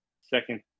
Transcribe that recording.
second